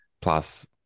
plus